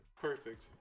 Perfect